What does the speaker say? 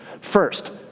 First